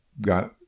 got